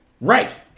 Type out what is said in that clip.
Right